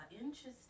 interesting